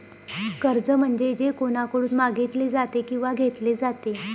कर्ज म्हणजे जे कोणाकडून मागितले जाते किंवा घेतले जाते